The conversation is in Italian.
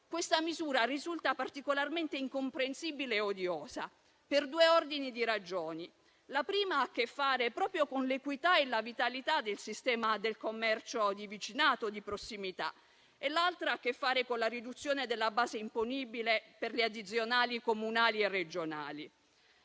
questa misura mi risulta particolarmente incomprensibile e odiosa per due ordini di ragioni. La prima ha a che fare proprio con l'equità e la vitalità del sistema del commercio di vicinato e di prossimità; l'altra ha che fare con la riduzione della base imponibile per le addizionali comunali e regionali.